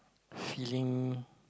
feeling